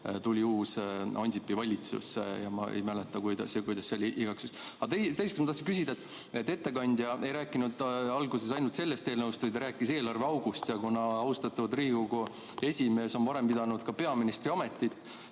juba uus Ansipi valitsus. Ma ei mäleta, kuidas see oli. Teiseks ma tahtsin küsida, et ettekandja ei rääkinud alguses ainult sellest eelnõust, vaid ta rääkis eelarveaugust. Kuna austatud Riigikogu esimees on varem pidanud ka peaministri ametit,